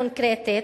קונקרטית,